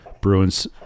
Bruins